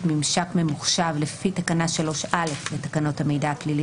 ממשק ממוחשב לפי תקנה 3(א) לתקנות המידע הפלילי